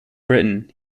britain